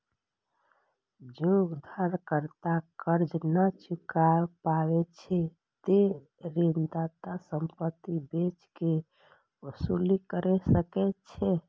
जौं उधारकर्ता कर्ज नै चुकाय पाबै छै, ते ऋणदाता संपत्ति बेच कें वसूली कैर सकै छै